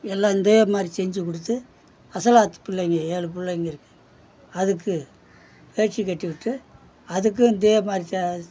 எல்லாம் இதேமாதிரி செஞ்சு கொடுத்து அசலாத்து பிள்ளைங்க ஏழு பிள்ளைங்க இருக்குது அதுக்கு வேஷ்டி கட்டிவிட்டு அதுக்கும் இதேமாதிரி சே